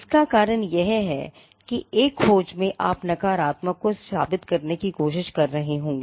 इसका कारण यह है कि एक खोज में आप नकारात्मक को साबित करने की कोशिश कर रहे होंगे